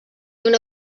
una